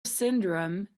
syndrome